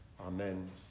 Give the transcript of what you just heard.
Amen